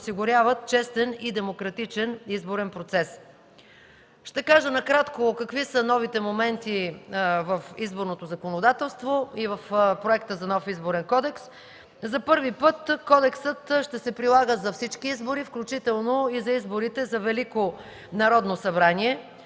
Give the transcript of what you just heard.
честен и демократичен изборен процес. Ще кажа накратко какви са новите моменти в изборното законодателство и в Проекта за нов Изборен кодекс. За първи път кодексът ще се прилага за всички избори, включително и за изборите за Велико Народно събрание.